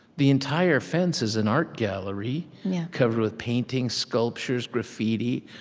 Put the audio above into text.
the entire fence is an art gallery covered with paintings, sculptures, graffiti.